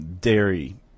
dairy